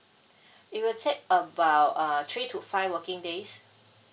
it will take about uh three to five working days